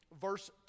verse